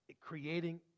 creating